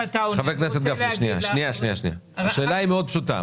השאלה היא מאוד פשוטה,